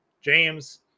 James